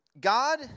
God